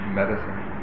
medicine